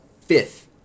fifth